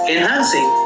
enhancing